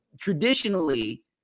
traditionally